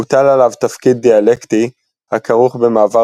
הוטל עליו תפקיד דיאלקטי הכרוך במעבר